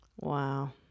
Wow